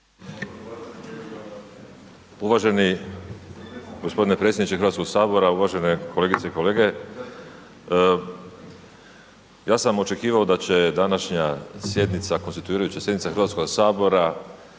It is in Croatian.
Uvaženi g. predsjedniče HS, uvažene kolegice i kolege. Ja sam očekivao da će današnja sjednica, konstituirajuća sjednica HS kojoj nazočim